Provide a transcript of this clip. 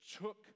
took